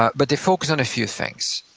but they focus on a few things.